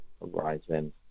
rising